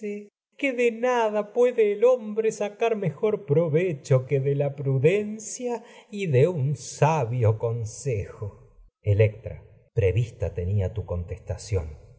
que de de nada puede el hombre un sa mejor provecho la prudencia y de sabio consejo electra bía prevista tenia tu contestación